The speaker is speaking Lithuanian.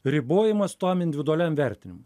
ribojimas tam individualiam vertinimui